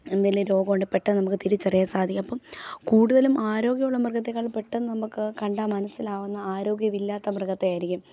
എന്തേലും രോഗമുണ്ടേൽ പെട്ടെന്ന് നമുക്ക് തിരിച്ചറിയാൻ സാധിക്കും അപ്പം കൂടുതലും ആരോഗ്യമുള്ള മൃഗത്തേക്കാളും പെട്ടെന്ന് നമുക്ക് കണ്ടാൽ മനസ്സിലാവുന്ന ആരോഗ്യവില്ലാത്ത മൃഗത്തെയായിരിക്കും